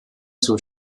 zur